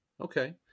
okay